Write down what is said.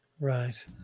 Right